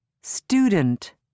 student